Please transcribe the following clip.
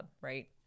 right